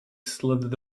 slithered